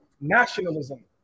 nationalism